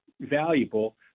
valuable